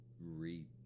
read